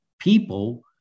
people